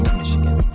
michigan